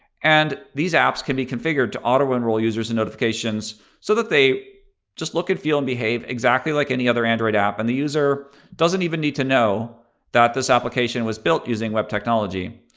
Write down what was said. and these apps can be configured to auto-enroll users in notifications so that they just look and feel and behave exactly like any other android app, and the user doesn't even need to know that this application was built using web technology.